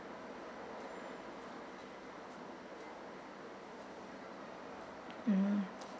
mm